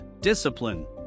discipline